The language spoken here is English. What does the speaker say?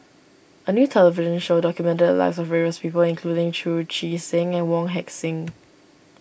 a new television show documented the lives of various people including Chu Chee Seng and Wong Heck Sing